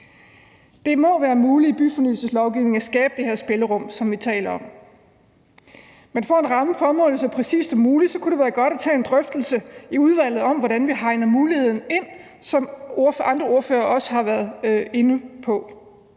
Det må være muligt i byfornyelseslovgivningen at skabe det her spillerum, som vi taler om. Men for at ramme formålet så præcist som muligt kunne det være godt at tage en drøftelse i udvalget om, hvordan vi hegner muligheden ind, som andre ordførere også har været inde på.